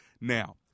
Now